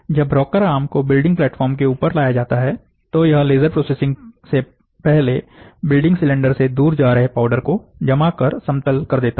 जब rocker arm को building platform के ऊपर ले जाया जाता है तो यह लेजर प्रोसेसिंग से पहले बिल्डिंग सिलेंडर से दूर जा रहे पाउडर को जमा कर समतल कर देता है